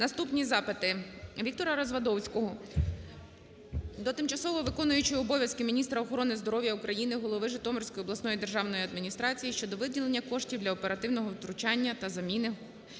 Наступні запити. ВіктораРазвадовського до тимчасово виконуючої обов'язки міністра охорони здоров'я України, голови Житомирської обласної державної адміністрації щодо виділення коштів для оперативного втручання та заміни